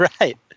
Right